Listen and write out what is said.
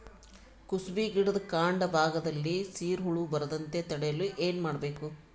ಕುಸುಬಿ ಗಿಡದ ಕಾಂಡ ಭಾಗದಲ್ಲಿ ಸೀರು ಹುಳು ಬರದಂತೆ ತಡೆಯಲು ಏನ್ ಮಾಡಬೇಕು?